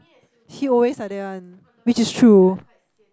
he always like that one which is true